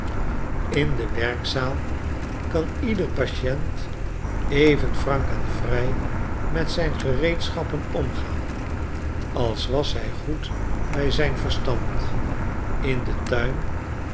in de werkzaal kan ieder patient even frank en vrij met zyn gereedschappen omgaan als was hi goed by zijn verstand in den tuin